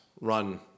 run